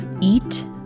Eat